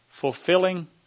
fulfilling